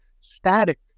static